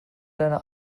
deiner